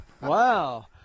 Wow